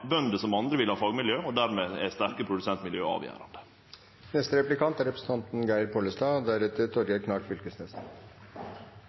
bønder – som andre – vil ha fagmiljø, og dermed er sterke produsentmiljø avgjerande. Eg er